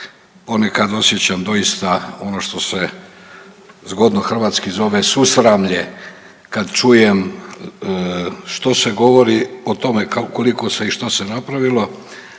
ponekad osjećam doista ono što se zgodno hrvatski zove susramlje kad čujem što se govori o tome koliko i što se napravilo